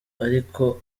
ariko